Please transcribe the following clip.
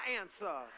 answer